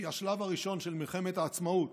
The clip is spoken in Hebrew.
שהיא השלב הראשון של מלחמת העצמאות,